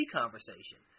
conversation